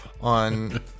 on